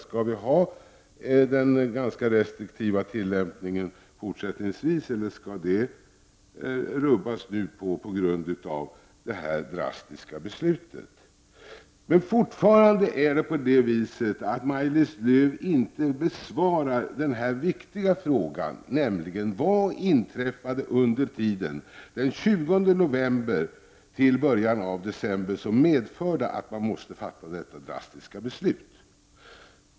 Skall vi ha den ganska restriktiva tillämpningen i fortsättningen, eller skall den nu rubbas på grund av det drastiska beslutet? Fortfarande gäller att Maj-Lis Lööw inte har besvarat följande viktiga fråga: Vad inträffade under tiden den 20 november till början av december som medförde att man måste fatta detta drastiska beslut?